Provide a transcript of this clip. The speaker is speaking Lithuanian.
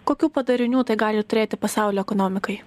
kokių padarinių tai gali turėti pasaulio ekonomikai